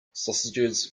sausages